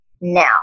now